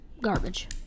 garbage